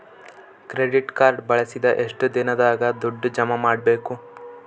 Credit card ಬಳಸಿದ ಎಷ್ಟು ದಿನದಾಗ ದುಡ್ಡು ಜಮಾ ಮಾಡ್ಬೇಕು?